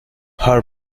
her